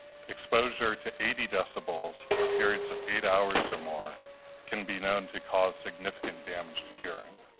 exposure to eighty decibels for periods of eight hours or more can be known to cause significant damage to hearing.